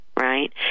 right